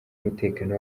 umutekano